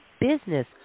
business